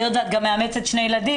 והיות ואת גם מאמצת שני ילדים,